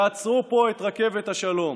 יעצרו פה את רכבת השלום.